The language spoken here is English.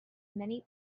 many